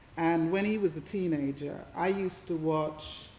and when he was a teenager i used to watch